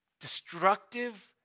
destructive